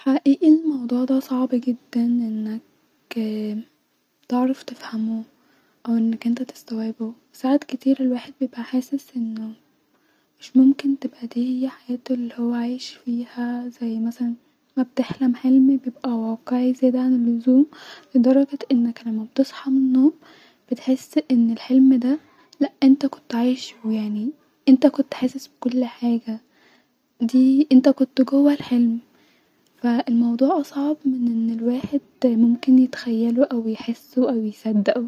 حقيقي الموضوع دا صعب جدا انك تعرف تفهمو او انك انت تستوعبو ساعات كتير الواحد بيبقي حاسس انو-مش ممكن تبقي دي هي حياتو الي هو عايش فيها-زي مثلا ما بتحلم حلم بيبقي واقعي زياده عن اللزوم لدرجه انك لما بتصحي من النوم -بتحس ان الحلم دا لا انت كنت عايش جواه يعني انت كنت حاسس بكل حاجه-دي-انت كنت جوا الحلم-فالموضوع اصعب من ان الواحد ممكن يتخيلو او يحسو او يصدقو